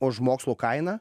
už mokslų kainą